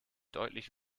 deutlich